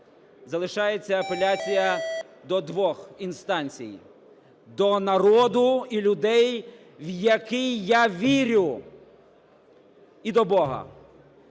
Залишається апеляція до двох інстанцій: до народу і людей, в яких я вірю, і до Бога.